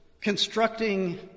constructing